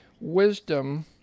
wisdom